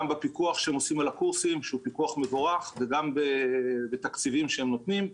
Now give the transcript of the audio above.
בפיקוח שהם עושים על הקורסים שהוא פיקוח מבורך וגם בתקציבים שהם נותנים.